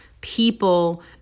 people